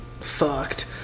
fucked